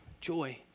joy